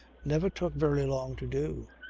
never took very long to do.